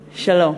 שלום.